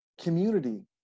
community